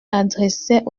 adressait